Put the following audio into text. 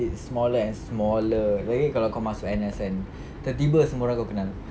it's smaller and smaller lagi-lagi kalau kau masuk N_S kan tertiba semua orang kau kenal